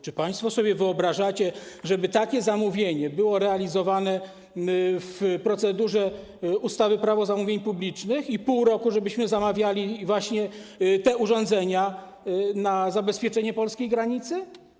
Czy państwo sobie wyobrażacie, że takie zamówienie byłoby realizowane w procedurze ustawy - Prawo zamówień publicznych i że przez pół roku byśmy zamawiali urządzenia do zabezpieczenia polskiej granicy?